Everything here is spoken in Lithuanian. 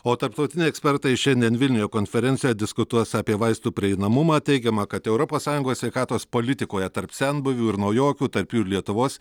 o tarptautiniai ekspertai šiandien vilniuje konferencijoje diskutuos apie vaistų prieinamumą teigiama kad europos sąjungos sveikatos politikoje tarp senbuvių ir naujokių tarp jų ir lietuvos